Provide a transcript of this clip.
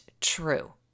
true